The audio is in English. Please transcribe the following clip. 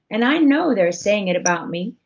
and i know they're saying it about me,